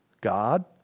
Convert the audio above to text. God